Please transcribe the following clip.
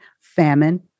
famine